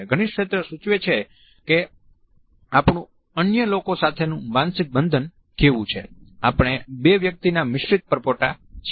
ઘનિષ્ઠ ક્ષેત્ર સૂચવે છે કે આપણુ અન્ય લોકો સાથેનું માનસિક બંધન કેવું છે આપણે બે વ્યક્તિના મિશ્રિત પરપોટા છીએ